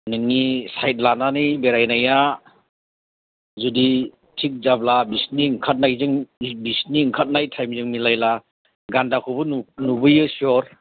नोंनि साइड लानानै बेरायनाया जुदि थिक जाब्ला बिसोरनि ओंखारनायजों बिसोरनि ओंखारनाय थाइमजों मिलायब्ला गान्दाखौबो नुबोयो सिय'र